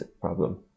problem